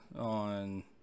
on